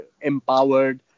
empowered